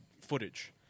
footage